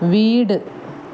വീട്